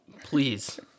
Please